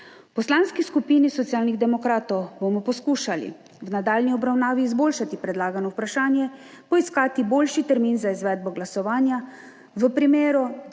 Poslanski skupini Socialnih demokratov bomo poskušali v nadaljnji obravnavi izboljšati predlagano vprašanje, poiskati boljši termin za izvedbo glasovanja. V primeru,